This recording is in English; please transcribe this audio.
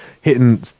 hitting